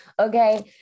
Okay